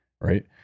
Right